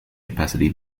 capacity